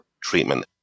treatment